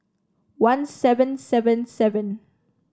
one seven seven seven